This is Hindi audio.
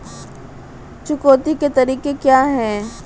चुकौती के तरीके क्या हैं?